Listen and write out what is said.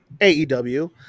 AEW